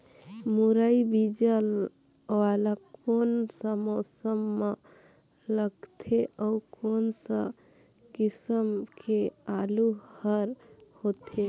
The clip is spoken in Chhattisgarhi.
मुरई बीजा वाला कोन सा मौसम म लगथे अउ कोन सा किसम के आलू हर होथे?